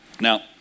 Now